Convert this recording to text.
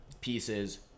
pieces